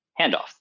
handoff